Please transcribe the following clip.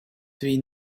твій